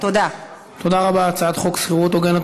תודה רבה, חברת